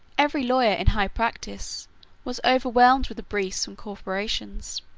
every lawyer in high practice was overwhelmed with the briefs from corporations.